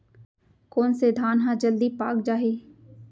कोन से धान ह जलदी पाक जाही?